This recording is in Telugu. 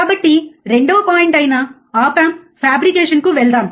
కాబట్టి రెండవ పాయింట్ అయిన ఆప్ ఆంప్ ఫాబ్రికేషన్కు వెళ్దాం